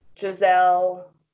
Giselle